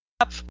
up